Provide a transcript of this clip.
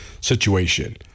situation